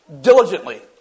diligently